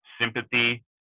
sympathy